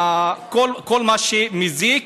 כל מה שמזיק,